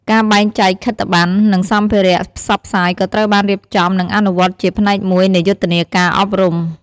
ការបែងចែកខិត្តបណ្ណ និងសម្ភារៈផ្សព្វផ្សាយក៏ត្រូវបានរៀបចំ និងអនុវត្តជាផ្នែកមួយនៃយុទ្ធនាការអប់រំ។